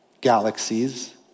galaxies